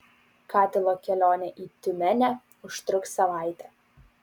katilo kelionė į tiumenę užtruks savaitę